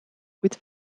with